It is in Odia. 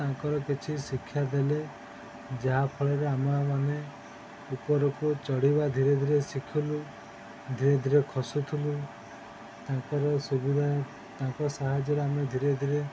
ତାଙ୍କର କିଛି ଶିକ୍ଷା ଦେଲେ ଯାହାଫଳରେ ଆମେମାନେ ଉପରକୁ ଚଢ଼ିବା ଧୀରେ ଧୀରେ ଶିଖିଲୁ ଧୀରେ ଧୀରେ ଖସୁୁଥିଲୁ ତାଙ୍କର ସୁବିଧା ତାଙ୍କ ସାହାଯ୍ୟରେ ଆମେ ଧୀରେ ଧୀରେ